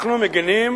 אנחנו מגינים